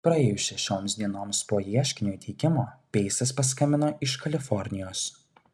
praėjus šešioms dienoms po ieškinio įteikimo peisas paskambino iš kalifornijos